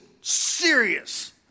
serious